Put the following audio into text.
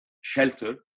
shelter